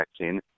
vaccine